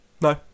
no